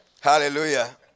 Hallelujah